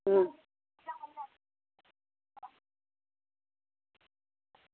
अं